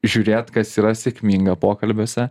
žiūrėt kas yra sėkminga pokalbiuose